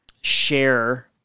share